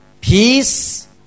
peace